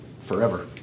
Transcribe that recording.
forever